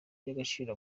y’agaciro